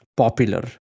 popular